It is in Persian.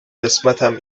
قسمتم